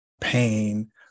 pain